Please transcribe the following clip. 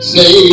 Say